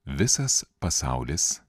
visas pasaulis